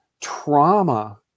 trauma